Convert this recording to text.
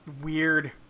Weird